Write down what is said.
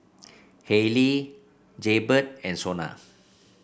Haylee Jaybird and Sona